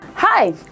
hi